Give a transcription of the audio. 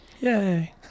Yay